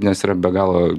nes yra be galo